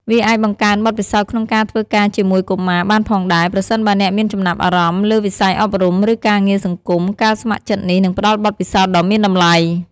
វាអាចបង្កើនបទពិសោធន៍ក្នុងការធ្វើការជាមួយកុមារបានផងដែរ ប្រសិនបើអ្នកមានចំណាប់អារម្មណ៍លើវិស័យអប់រំ ឬការងារសង្គម ការស្ម័គ្រចិត្តនេះនឹងផ្ដល់បទពិសោធន៍ដ៏មានតម្លៃ។